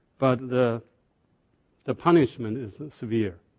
but the the punishment is severe.